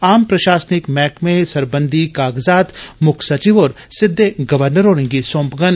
आम प्रषासनिक मैह्कमें सरबंधी कागजात मुक्ख सचिव होर सिद्दे गवर्नर होरें गी सौंपडन